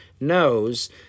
knows